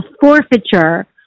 forfeiture